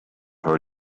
her